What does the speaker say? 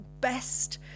best